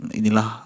inilah